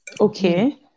Okay